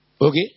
Okay